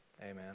amen